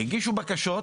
הגישו בקשות,